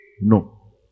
No